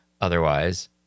Otherwise